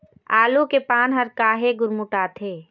आलू के पान हर काहे गुरमुटाथे?